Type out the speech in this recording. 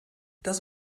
das